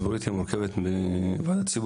הוועדה הציבורית מורכבת מוועדה ציבורית?